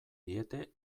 diete